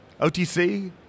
OTC